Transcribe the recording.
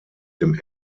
dem